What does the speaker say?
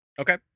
Okay